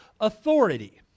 authority